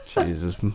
jesus